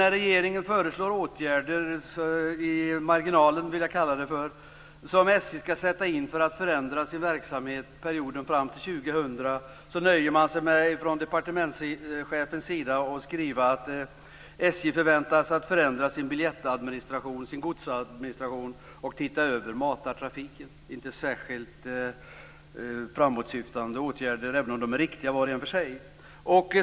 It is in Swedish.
Regeringen föreslår åtgärder i marginalen, som jag vill kalla det, som SJ skall sätta in för att förändra sin verksamhet under perioden fram till år 2000. Departementschefen nöjer sig med att skriva att SJ förväntas förändra sin biljettadministration, sin godsadministration och titta över matartrafiken. Det är inte särskilt framåtsyftande åtgärder, även om de är riktiga var och en för sig.